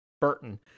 Burton